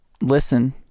listen